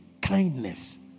Kindness